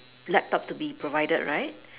laptop to be provided right